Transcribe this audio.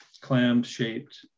clam-shaped